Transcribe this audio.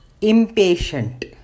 impatient